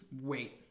wait